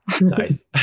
Nice